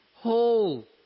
whole